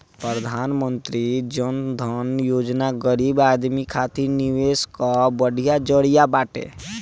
प्रधानमंत्री जन धन योजना गरीब आदमी खातिर निवेश कअ बढ़िया जरिया बाटे